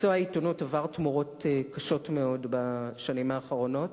מקצוע העיתונות עבר תמורות קשות מאוד בשנים האחרונות,